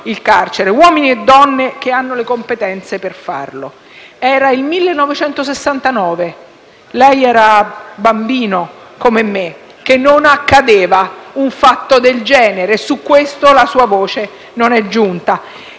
il carcere, uomini e donne che hanno le competenze per farlo. Era dal 1969 (lei era bambino come me) che non accadeva un fatto del genere e su questo la sua voce non è giunta.